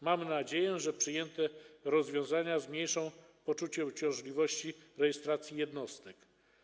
Mam nadzieję, że przyjęte rozwiązania zmniejszą poczucie uciążliwości związanej z rejestracją jednostek.